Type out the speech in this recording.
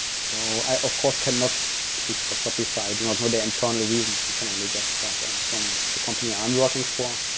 so i, of course, cannot speak for shopify. i do not know the internal reasons. i can only guest. but from the company i'm working for,